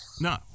no